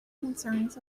concerns